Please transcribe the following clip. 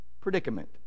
predicament